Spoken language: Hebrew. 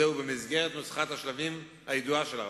זה במסגרת "נוסחת השלבים" הידועה של ערפאת.